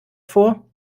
vor